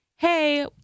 hey